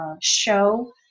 show